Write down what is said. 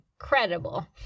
incredible